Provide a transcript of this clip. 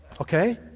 Okay